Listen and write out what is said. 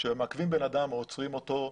כאשר מעכבים בן אדם או עוצרים אותו,